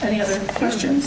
any other questions